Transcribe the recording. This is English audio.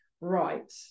right